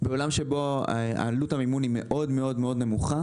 זה מעלה שאלות בעולם בו עלות המימון היא מאוד מאוד נמוכה.